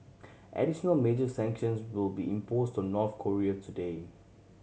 additional major sanctions will be imposed to North Korea today